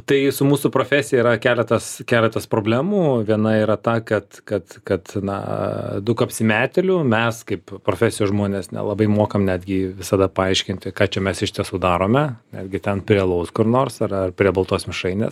tai su mūsų profesija yra keletas keletas problemų viena yra ta kad kad kad na daug apsimetėlių mes kaip profesijų žmonės nelabai mokam netgi visada paaiškinti ką čia mes iš tiesų darome netgi ten prie alaus kur nors ar ar prie baltos mišrainės